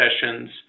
sessions